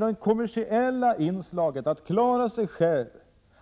Det kommersiella inslaget, att klara sig själv,